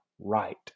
right